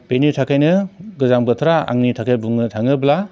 बेनि थाखायनो गोजां बोथोरा आंनि थाखाय बुंनो थाङोब्ला